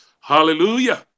hallelujah